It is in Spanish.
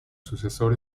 sucesor